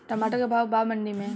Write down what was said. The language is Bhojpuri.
टमाटर का भाव बा मंडी मे?